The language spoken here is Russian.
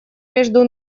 между